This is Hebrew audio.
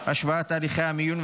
השוואת תהליכי המיון,